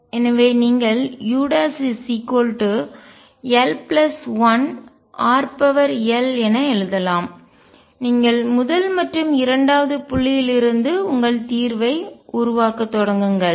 எனவே நீங்கள் ul1rl என எழுதலாம் நீங்கள் முதல் மற்றும் இரண்டாவது புள்ளியில் இருந்து உங்கள் தீர்வை உருவாக்கத் தொடங்குங்கள்